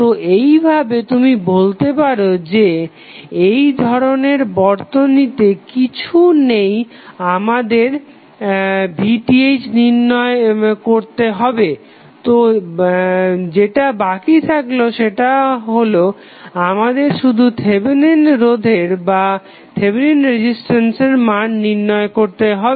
তো এইভাবে তুমি বলতে পারো যে এই ধরণের বর্তনীতে কিছু নেই আমাদের VTh নির্ণয় করতে হবে তো যেটা বাকি থাকলো সেটা হলো আমাদের শুধু থেভেনিন রোধের মান নির্ণয় করতে হবে